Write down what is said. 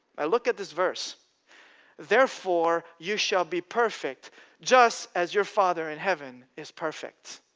look at this verse therefore you shall be perfect just as your father in heaven is perfect.